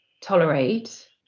tolerate